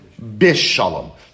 bishalom